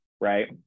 right